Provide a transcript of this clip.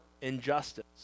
injustice